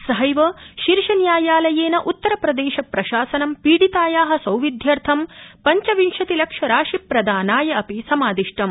सहैव शीर्षन्यायालयेन उत्तरप्रदेश प्रशासनं पीडिताया सौविध्यर्थं पञ्चविंशतिलक्ष राशि प्रदानराय अपि समादिष्टम्